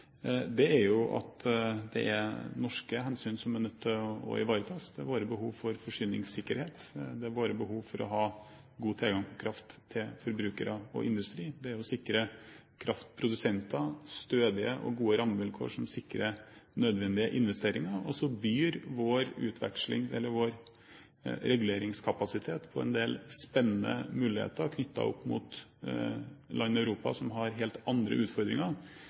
det er jo at det er norske hensyn som er nødt til å ivaretas, det er våre behov for forsyningssikkerhet, det er våre behov for å ha god tilgang på kraft til forbrukere og industri, og det er å sikre kraftprodusenter stødige og gode rammevilkår som sikrer nødvendige investeringer, og så byr vår reguleringskapasitet på en del spennende muligheter knyttet opp mot land i Europa som har helt andre utfordringer.